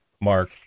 Mark